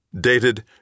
Dated